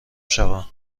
شوم